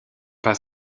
pas